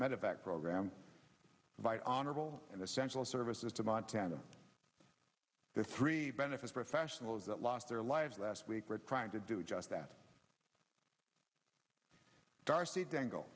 medivac program by honorable and essential services to montana the three benefits professionals that lost their lives last week were trying to do just that darcy dangle